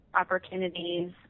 opportunities